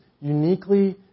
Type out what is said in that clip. uniquely